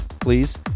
please